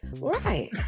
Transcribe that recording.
right